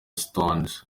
stones